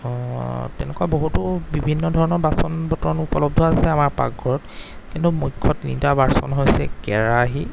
অঁ তেনেকুৱা বহুতো বিভিন ধৰণৰ বাচন বৰ্তন উপলব্ধ আছে আমাৰ পাকঘৰত কিন্তু মুখ্য তিনিটা বাচন হৈছে কেৰাহি